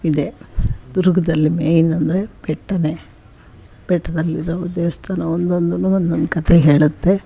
ಇದೆ ದುರ್ಗದಲ್ಲಿ ಮೇನ್ ಅಂದರೆ ಬೆಟ್ಟನೇ ಬೆಟ್ಟದಲ್ಲಿರೋ ದೇವಸ್ಥಾನ ಒಂದೊಂದು ಒಂದೊಂದು ಕಥೇ ಹೇಳುತ್ತೆ